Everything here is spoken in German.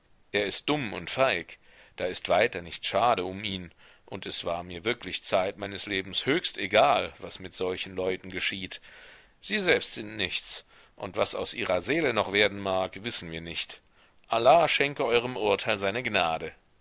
er ist dumm und feig da ist weiter nicht schade um ihn und es war mir wirklich zeit meines lebens höchst egal was mit solchen leuten geschieht sie selbst sind nichts und was aus ihrer seele noch werden mag wissen wir nicht allah schenke eurem urteil seine gnade